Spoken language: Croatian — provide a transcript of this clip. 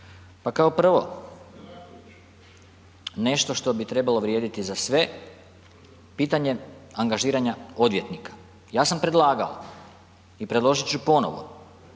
Pa kao prvo, nešto što bi trebalo vrijediti za sve, pitanje angažiranja odvjetnika. Ja sam predlagao i predložit ću ponovno,